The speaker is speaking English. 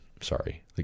sorry